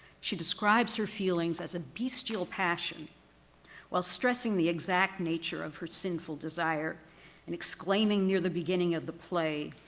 she describes her feelings as a beastial passion while stressing the exact nature of her sinful desire and exclaiming near the beginning of the play,